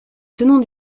tenant